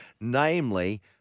namely